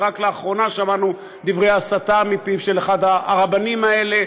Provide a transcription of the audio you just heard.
ורק לאחרונה שמענו דברי הסתה מפיו של אחד הרבנים האלה.